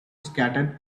scattered